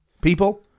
people